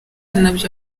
nabyo